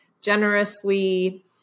generously